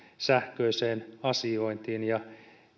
sähköiseen asiointiin ja